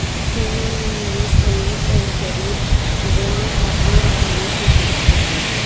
सोना में निवेश अमीर अउरी गरीब दूनो आदमी आसानी से कर सकत बाटे